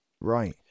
Right